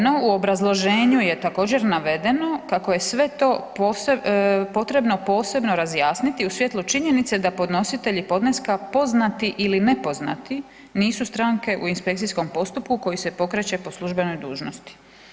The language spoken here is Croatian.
No u obrazloženju je također navedeno kako je sve to potrebno posebno razjasniti u svjetlu činjenice da podnositelji podneska poznati ili nepoznati nisu stranke u inspekcijskom postupku koji se pokreće po službenoj dužnosti.